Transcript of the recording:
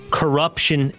corruption